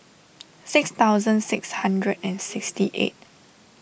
six thousand six hundred and sixty eight